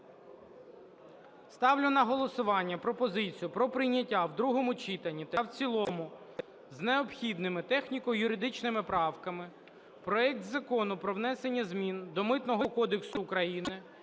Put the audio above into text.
Ставлю на голосування пропозицію про прийняття в другому читанні та в цілому з необхідними техніко-юридичними правками проект Закону про внесення змін до Митного кодексу України